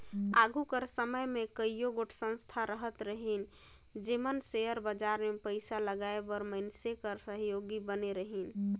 आघु कर समे में कइयो गोट संस्था रहत रहिन जेमन सेयर बजार में पइसा लगाए बर मइनसे कर सहयोगी बने रहिन